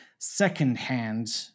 Secondhand